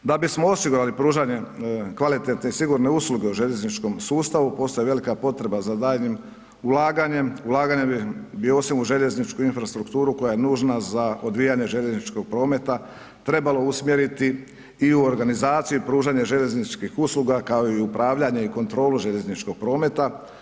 Da bismo osigurali pružanje kvalitetne i sigurne usluge u željezničkom sustavu postoji velika potreba za daljnjim ulaganjem, ulaganjem bi osim u željezničku infrastrukturu koja je nužna za odvijanje željezničkog prometa trebalo usmjeriti i u organizaciju i pružanje željezničkih usluga, kao i u upravljanje i kontrolu željezničkog prometa.